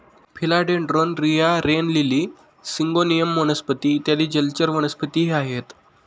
फिला dendron, रिया, rain lily, syngonium वनस्पती इत्यादी जलचर वनस्पतीही आहेत